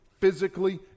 physically